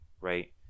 Right